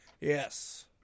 Yes